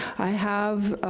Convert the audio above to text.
i have